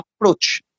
approach